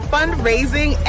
Fundraising